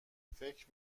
فکر